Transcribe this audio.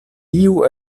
tiu